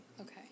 Okay